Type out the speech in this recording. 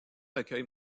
recueil